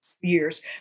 years